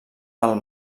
del